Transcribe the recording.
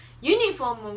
uniform